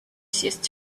ceased